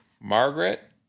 Margaret